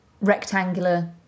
rectangular